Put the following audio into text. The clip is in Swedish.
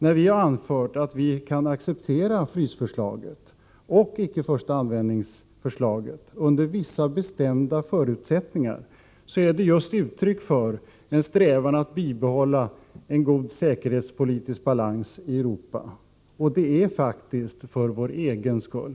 När vi har anfört att vi kan acceptera frysförslaget och icke-förstaanvändningsförslaget under vissa bestämda förutsättningar är det just ett uttryck för en strävan att bibehålla en god säkerhetspolitisk balans i Europa, och det är faktiskt för vår egen skull.